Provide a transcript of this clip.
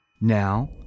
Now